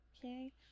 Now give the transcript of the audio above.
Okay